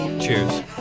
Cheers